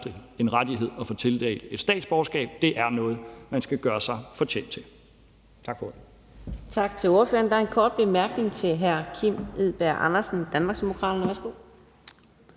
en rettighed at få tildelt et statsborgerskab. Det er noget, man skal gøre sig fortjent til.